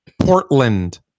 Portland